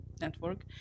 network